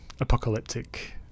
apocalyptic